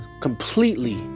completely